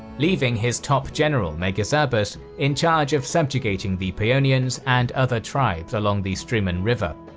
leaving his top general megazabus in charge of subjugating the paeonians, and other tribes along the strymon river.